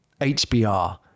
HBR